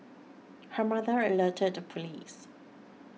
her mother alerted the police